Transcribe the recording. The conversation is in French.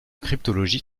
cryptologie